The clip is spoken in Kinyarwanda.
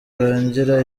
urangira